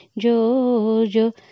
Jojo